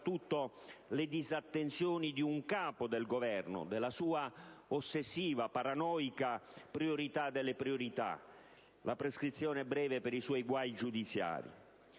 soprattutto, di un Capo di Governo, con la sua ossessiva e paranoica priorità tra le priorità: la prescrizione breve per i suoi guai giudiziari.